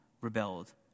rebelled